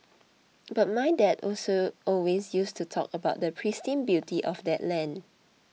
but my dad also always used to talk about the pristine beauty of that land